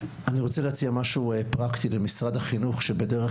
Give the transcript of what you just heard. אני רוצה להציע משהו פרקטי למשרד החינוך שבדרך